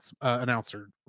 announcer